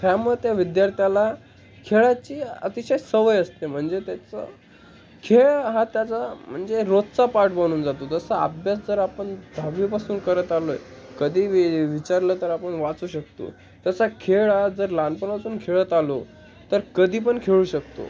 त्यामुळं त्या विद्यार्थ्याला खेळाची अतिशय सवय असते म्हणजे त्याचं खेळ हा त्याचा म्हणजे रोजचा पाठ बनून जातो जसा अभ्यास जर आपण दहावीपासून करत आलो आहे कधी वि विचारलं तर आपण वाचू शकतो तसा खेळ हा जर लहानपणापासून खेळत आलो तर कधी पण खेळू शकतो